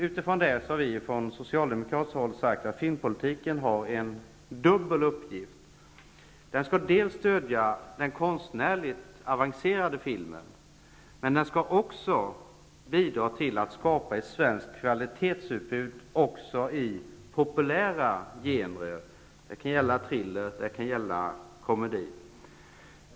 Utifrån detta har vi från socialdemokratiskt håll sagt att filmpolitiken har en dubbel uppgift; den skall dels stödja den konstnärligt avancerade filmen, men den skall också bidra till att skapa ett svenskt kvalitetsutbud också i populära genrer, t.ex. triller och komedi.